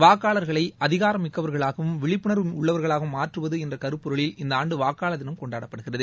வாக்காளர்களை அதிகாரம் மிக்கவர்களாகவும் விழிப்புணர்வு உள்ளவர்களாகவும் மாற்றுவது என்ற கருப்பொருளில் இந்த ஆண்டு வாக்காளர் தினம் கொண்டாடப்படுகிறது